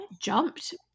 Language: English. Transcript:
jumped